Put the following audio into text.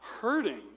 hurting